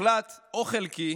מוחלט או חלקי